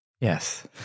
Yes